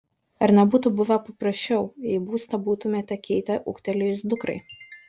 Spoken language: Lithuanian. ar nebūtų buvę paprasčiau jei būstą būtumėte keitę ūgtelėjus dukrai